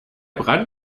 brand